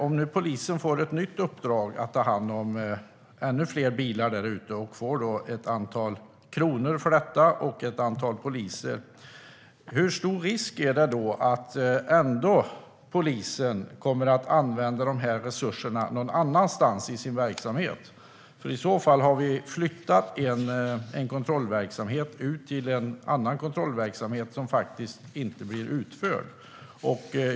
Om nu polisen får ett nytt uppdrag att ta hand om ännu fler bilar där ute och får ett antal kronor och ett antal poliser för detta, hur stor risk är det att polisen ändå kommer att använda resurserna någon annanstans i sin verksamhet? I så fall har vi nämligen flyttat en kontrollverksamhet ut till en annan kontrollverksamhet, som faktiskt inte blir utförd.